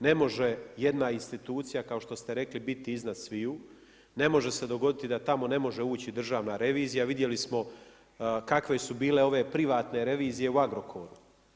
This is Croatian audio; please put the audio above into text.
Ne može jedna institucija kao što ste rekli, biti iznad sviju, ne može se dogoditi da tamo ne možemo ući Državna revizija, vidjeli smo kakve su bile ove privatne revizije u Agrokoru.